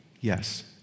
yes